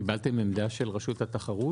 קיבלתם עמדה של רשות התחרות?